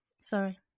Sorry